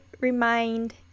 remind